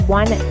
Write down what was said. one